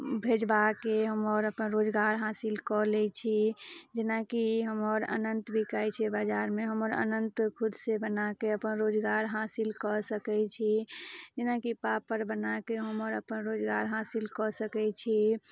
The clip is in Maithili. भेजबाके हमर अपन रोजगार हासिल कऽ लै छी जेनाकि हमर अनन्त बिकाइ छै बाजारमे हमर अनन्त खुद से बनाके अपन रोजगार हासिल कऽ सकै छी जेनाकि पापड़ बनाके हमर अपन रोजगार हासिल कऽ सकै छी